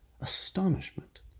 astonishment